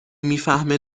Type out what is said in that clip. میفهمه